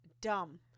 dumb